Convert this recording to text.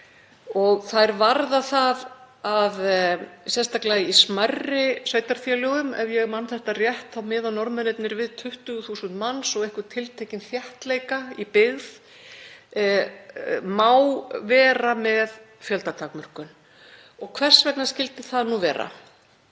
Þær varða það að sérstaklega í smærri sveitarfélögum — ef ég man rétt miða Norðmennirnir við 20.000 manns og einhvern tiltekinn þéttleika í byggð — má vera með fjöldatakmörkun. Og hvers vegna skyldi það vera?